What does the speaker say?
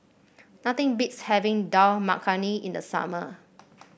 nothing beats having Dal Makhani in the summer